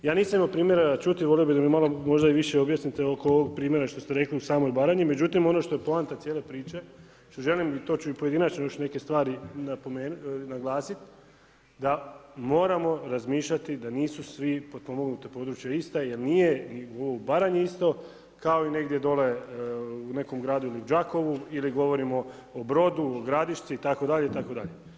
Ja nisam imao primjera čuti, volio bih da mi malo možda i više objasnite oko ovog primjera što ste rekli u samoj Baranji, međutim ono što je poanta cijele priče što želim i to ću i pojedinačno još neke stvari naglasiti da moramo razmišljati da nisu sva potpomognuta područja ista jer nije ni u Baranji isto kao i negdje dole u nekom gradu ili Đakovu ili govorimo o Brodu, Gradišci itd., itd.